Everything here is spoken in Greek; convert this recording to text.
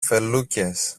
φελούκες